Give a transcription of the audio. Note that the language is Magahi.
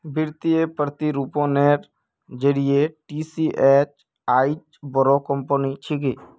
वित्तीय प्रतिरूपनेर जरिए टीसीएस आईज बोरो कंपनी छिके